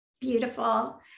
beautiful